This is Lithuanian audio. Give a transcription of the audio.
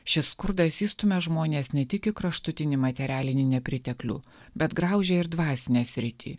šis skurdas įstumia žmones ne tik į kraštutinį materialinį nepriteklių bet graužia ir dvasinę sritį